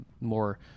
more